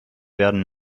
werden